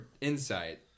insight